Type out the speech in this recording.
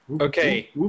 okay